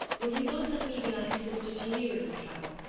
will you not let me be like a sister to you in your trouble?